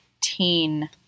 teen